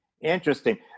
Interesting